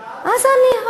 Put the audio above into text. לא, שאלתי.